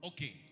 Okay